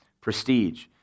prestige